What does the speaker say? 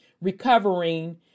recovering